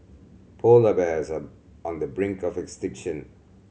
polar bears are on the brink of extinction